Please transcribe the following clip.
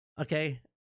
Okay